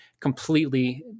completely